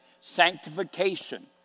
Sanctification